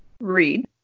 Read